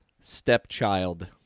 stepchild